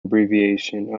abbreviation